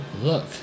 look